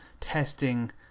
testing